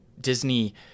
Disney